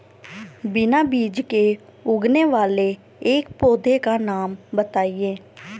बिना बीज के उगने वाले एक पौधे का नाम बताइए